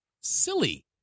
silly